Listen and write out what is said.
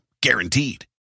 guaranteed